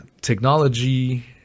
technology